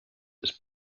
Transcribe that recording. its